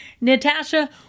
Natasha